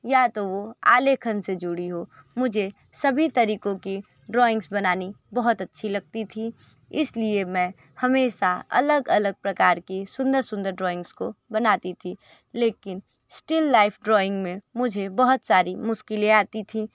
या तो वह आलेखन से जुड़ी हो मुझे सभी तरीकों की ड्रॉविंग्स बनानी बहुत अच्छी लगती थी इसलिए मैं हमेशा अलग अलग प्रकार के सुंदर सुंदर ड्रॉविंग्स को बनाती थी लेकिन स्टील लाइफ ड्रॉइंग में मुझे बहुत सारी मुश्किलें आती थीं